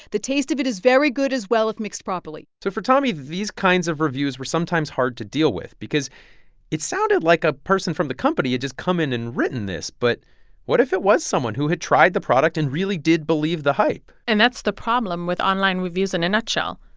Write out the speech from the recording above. the taste of it is very good as well, if mixed properly so for tommy, these kinds of reviews were sometimes sometimes hard to deal with because it sounded like a person from the company had just come in and written this. but what if it was someone who had tried the product and really did believe the hype? and that's the problem with online reviews in a nutshell.